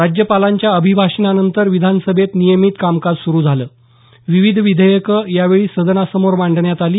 राज्यपालांच्या अभिभाषणानंतर विधानसभेत नियमित कामकाज सुरू झालं विविध विधेयकं यावेळी सदनासमोर मांडण्यात आली